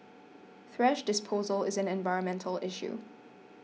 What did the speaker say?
thrash disposal is an environmental issue